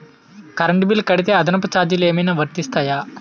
Current bill కడితే అదనపు ఛార్జీలు ఏమైనా వర్తిస్తాయా?